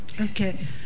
Okay